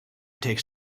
takes